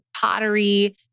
pottery